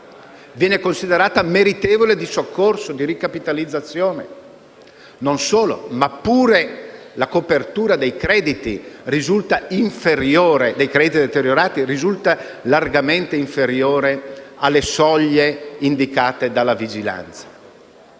viene considerata debole, meritevole di soccorso, di ricapitalizzazione. E non solo: anche la copertura dei crediti deteriorati risulta largamente inferiore alle soglie indicate dalla vigilanza.